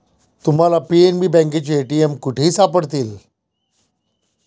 तुम्हाला पी.एन.बी बँकेचे ए.टी.एम कुठेही सापडतील